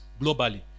globally